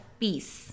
peace